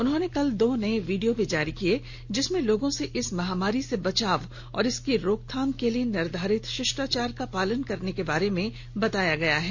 उन्होंने कल दो नये वीडियो भी जारी किये जिनमें लोगों से इस महामारी से बचाव और इसकी रोकथाम के लिए निर्धारित शिष्टाचार का पालन करने के बारे में बताया गया है